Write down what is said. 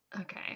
Okay